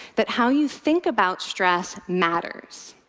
that how you think about stress matters.